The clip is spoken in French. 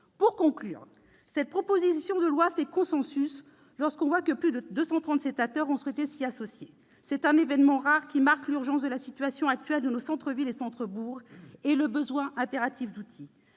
dire que cette proposition de loi fait consensus, puisque 230 sénateurs ont souhaité s'y associer. C'est un événement rare qui marque l'urgence de la situation actuelle de nos centres-villes et centres-bourgs et le besoin impératif d'outils.